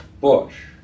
Bush